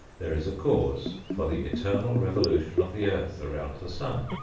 there is a cause for the eternal revolution of the earth around the sun,